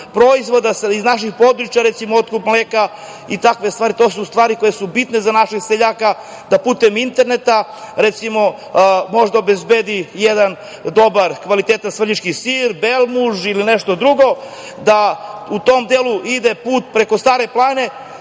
proizvoda iz naših područja, recimo otkup mleka, i takve stvari. To su stvari koje su bitne za našeg seljaka, da putem interneta, recimo može da obezbedi jedan dobar, kvalitetan svrljiški sir, belmuž ili nešto drugo da u tom delu ide put preko Stare planine